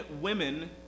women